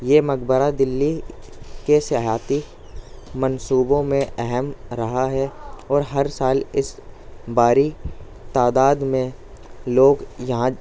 یہ مقبرہ دلّی کے سیحاتی منصوبوں میں اہم رہا ہے اور ہر سال اس بھاری تعداد میں لوگ یہاں